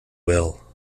will